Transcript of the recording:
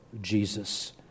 Jesus